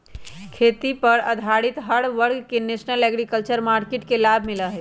खेती पर आधारित हर वर्ग के नेशनल एग्रीकल्चर मार्किट के लाभ मिला हई